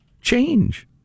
Change